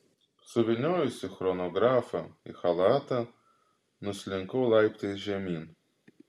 suvyniojusi chronografą į chalatą nuslinkau laiptais žemyn